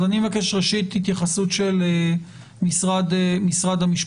אני מבקש ראשית התייחסות של משרד המשפטים,